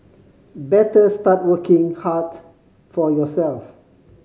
better start working hard for yourself